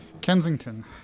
Kensington